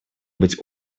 быть